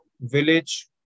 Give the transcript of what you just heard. village